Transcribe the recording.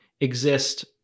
exist